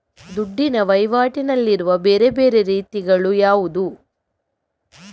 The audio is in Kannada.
ದುಡ್ಡಿನ ವಹಿವಾಟಿನಲ್ಲಿರುವ ಬೇರೆ ಬೇರೆ ರೀತಿಗಳು ಯಾವುದು?